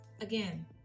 again